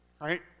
Right